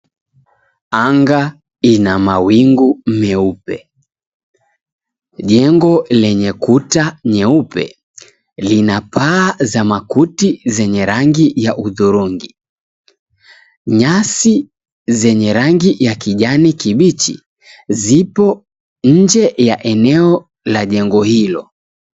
Anga ina mawingu meupe, jengo lenye kuta nyeupe linapaa za makuti zenye rangi ya udhurungi, nyasi zenye rangi ya kijani kibichi zipo inje ya eneo la jengo hilo.